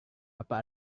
apa